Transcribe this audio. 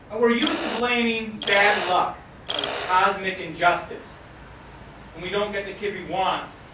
we're used to blaming bad luck or cosmic and justice when we don't get the kid we want,